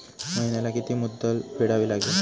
महिन्याला किती मुद्दल फेडावी लागेल?